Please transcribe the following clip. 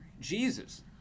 Jesus